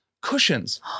cushions